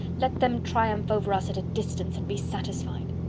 let them triumph over us at a distance, and be satisfied.